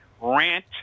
rant